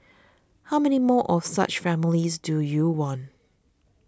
how many more of such families do you want